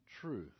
truth